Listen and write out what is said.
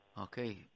Okay